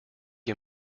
you